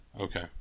okay